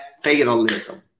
fatalism